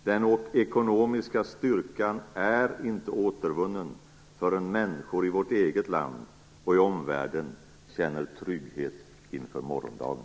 Den ekonomiska styrkan är inte återvunnen förrän människor i vårt eget land och i omvärlden känner trygghet inför morgondagen.